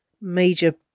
major